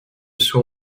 sont